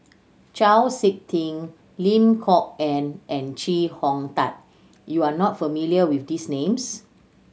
Chau Sik Ting Lim Kok Ann and Chee Hong Tat you are not familiar with these names